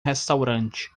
restaurante